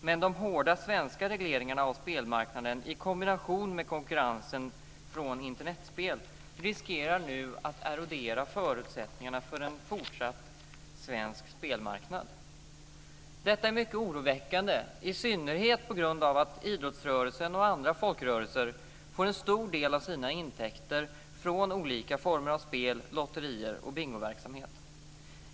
Men de hårda svenska regleringarna av spelmarknaden, i kombination med konkurrensen från Internetspel, riskerar nu att erodera förutsättningarna för en fortsatt svensk spelmarknad. Detta är mycket oroväckande, i synnerhet på grund av att idrottsrörelsen och andra folkrörelser får en stor del av sina intäkter från olika former av spel, lotterier och bingoverksamhet.